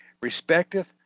Respecteth